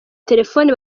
telefone